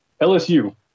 LSU